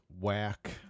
Whack